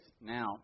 now